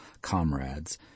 comrades